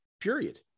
period